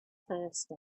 thirsty